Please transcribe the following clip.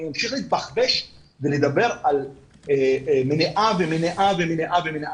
נמשיך לדבר על מניעה ומניעה ומניעה.